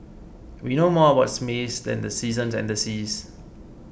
we know more about space than the seasons and the seas